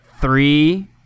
three